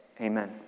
Amen